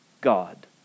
God